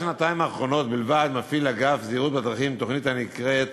בשנתיים האחרונות בלבד מפעיל אגף זהירות בדרכים תוכנית הנקראת